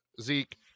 Zeke